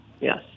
yes